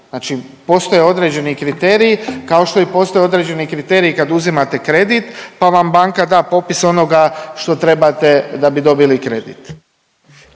Znači postoje neki kriteriji kao što i postoji određeni kriterij kad uzimate kredit pa vam banka da popis onoga što trebate da bi dobili kredit.